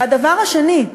והדבר השני,